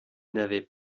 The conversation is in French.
n’avez